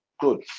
Good